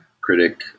critic